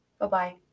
Bye-bye